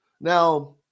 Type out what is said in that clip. now